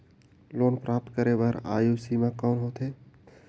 Loan प्राप्त करे बर आयु सीमा कौन होथे?